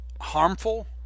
harmful